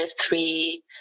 three